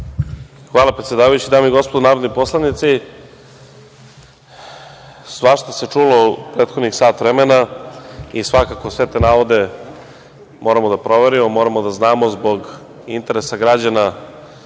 Hvala, predsedavajući. Dame i gospodo narodni poslanici, svašta se čulo u prethodnih sat vremena i svakako sve te navode moramo da proverimo. Moramo da znamo zbog interesa građana